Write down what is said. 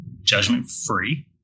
judgment-free